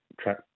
track